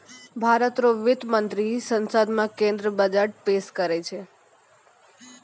भारत रो वित्त मंत्री संसद मे केंद्रीय बजट पेस करै छै